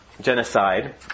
genocide